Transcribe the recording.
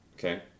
Okay